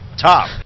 Top